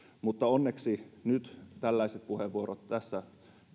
onneksi nyt tällaiset puheenvuorot tässä